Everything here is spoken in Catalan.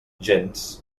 gens